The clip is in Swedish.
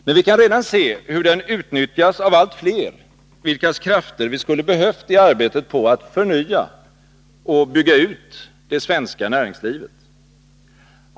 Men vi kan redan se hur den utnyttjas av allt fler, vilkas krafter vi skulle behövt i arbetet på att förnya och bygga ut det svenska näringslivet.